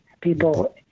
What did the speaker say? people